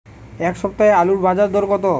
এ সপ্তাহে আলুর বাজার দর কত?